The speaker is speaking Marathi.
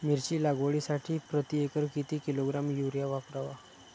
मिरची लागवडीसाठी प्रति एकर किती किलोग्रॅम युरिया वापरावा?